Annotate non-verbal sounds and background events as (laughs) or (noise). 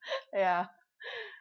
(laughs) ya